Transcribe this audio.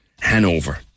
Hanover